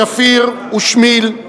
שפיר ושמיל,